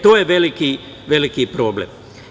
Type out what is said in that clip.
To je veliki problem.